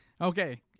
Okay